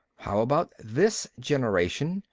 how about this generation,